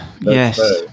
Yes